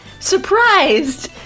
surprised